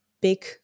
big